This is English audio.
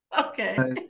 Okay